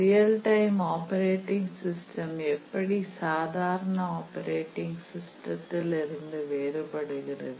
real time operating system எப்படி சாதாரண operating சிஸ்டத்தில் இருந்து வேறுபடுகிறது